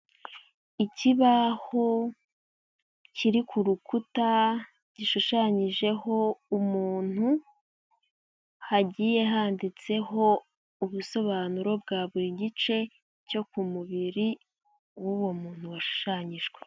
Ikibaho kiri ku rukuta, gishushanyijeho umuntu, hagiye handitseho ubusobanuro bwa buri gice cyo ku mubiri w'uwo muntu washushanyijwe.